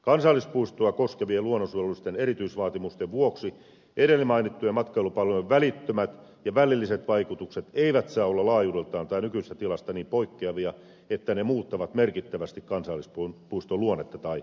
kansallispuistoa koskevien luonnonsuojelullisten erityisvaatimusten vuoksi edellä mainittujen matkailupalveluiden välittömät ja välilliset vaikutukset eivät saa olla laajuudeltaan tai nykyisestä tilasta niin poikkeavia että ne muuttavat merkittävästi kansallispuiston luonnetta tai olosuhteita